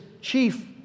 chief